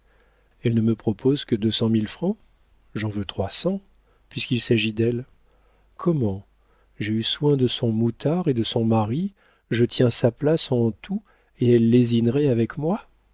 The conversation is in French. elle ne me propose que deux cent mille francs j'en veux trois cent puisqu'il s'agit d'elle comment j'ai eu soin de son moutard et de son mari je tiens sa place en tout et elle lésinerait avec moi